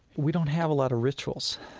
we don't have a lot of rituals,